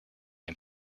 den